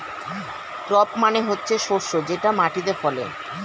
crop মানে হচ্ছে শস্য যেটা মাটিতে ফলে